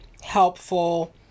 helpful